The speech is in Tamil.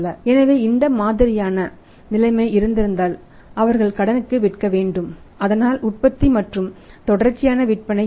எனவே இந்த மாதிரியான நிலைமை இருந்திருந்தால் அவர்கள் கடனுக்கு விற்க வேண்டும் அதனால் உற்பத்தி மற்றும் தொடர்ச்சியான விற்பனை இருக்கும்